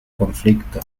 conflicto